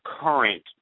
current